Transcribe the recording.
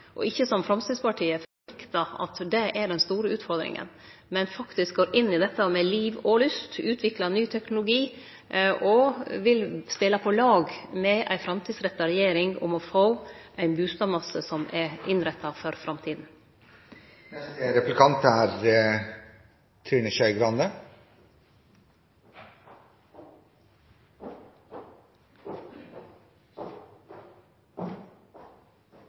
og ikkje – som Framstegspartiet – fornektar at det er den store utfordringa, men faktisk går inn i dette med liv og lyst, utviklar ny teknologi og vil spele på lag med ei framtidsretta regjering om å få ein bustadmasse som er innretta for